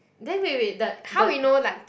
then wait wait the the